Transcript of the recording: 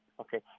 Okay